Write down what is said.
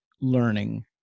learning